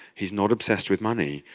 he's not obsessed with money,